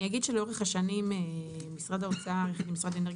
אני אגיד שלאורך השנים משרד האוצר יחד עם משרד האנרגיה